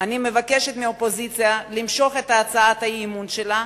אני מבקשת מהאופוזיציה למשוך את הצעת האי-אמון שלה.